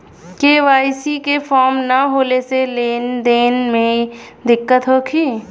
KYC के form न होले से लेन देन में दिक्कत होखी?